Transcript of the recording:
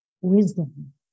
Wisdom